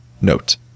note